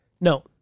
No